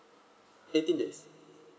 eighteen days